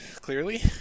clearly